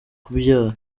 kubyara